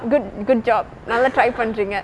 good good job நல்ல:nalla try பன்றிங்கே:panreengae